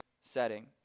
setting